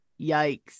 Yikes